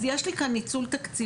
אז יש לי כאן ניצול תקציבים,